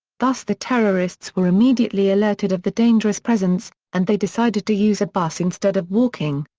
thus the terrorists were immediately alerted of the dangerous presence, and they decided to use a bus instead of walking.